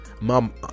mom